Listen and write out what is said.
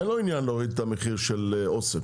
אין לו עניין להוריד את המחיר של אוסם